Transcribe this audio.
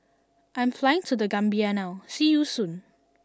I am flying to The Gambia now see you soon